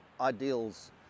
ideals